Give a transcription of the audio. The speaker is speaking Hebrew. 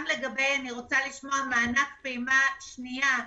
אני רוצה לשמוע על מענק פעימה שנייה.